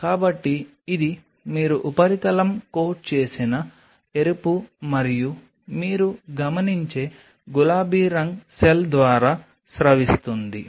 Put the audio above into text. కాబట్టి ఇది మీరు ఉపరితలం కోట్ చేసిన ఎరుపు మరియు మీరు గమనించే గులాబీ రంగు సెల్ ద్వారా స్రవిస్తుంది